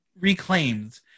reclaimed